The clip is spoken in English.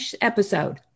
episode